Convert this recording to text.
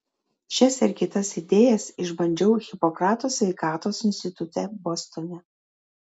šias ir kitas idėjas išbandžiau hipokrato sveikatos institute bostone